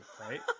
right